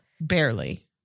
Barely